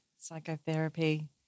psychotherapy